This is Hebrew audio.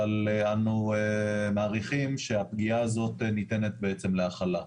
אבל אנו מעריכים שהפגיעה הזאת ניתנת להכלה.